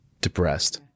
depressed